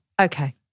Okay